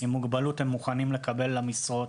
עם מוגבלות הם מוכנים לקבל למשרות,